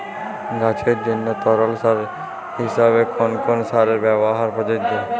গাছের জন্য তরল সার হিসেবে কোন কোন সারের ব্যাবহার প্রযোজ্য?